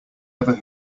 ever